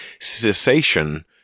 cessation